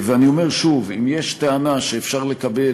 אני אומר שוב: אם יש טענה שאפשר לקבל